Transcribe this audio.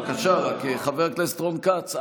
בבקשה, חבר כנסת רון כץ.